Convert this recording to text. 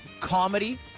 comedy